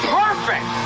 perfect